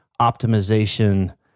optimization